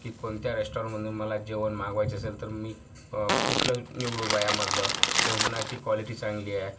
की कोणत्या रेस्टॉरंटमधून मला जेवण मागवायचं असेल तर मी कुठलं निवडू बा यामधलं कोणाची कॉलिटी चांगली आहे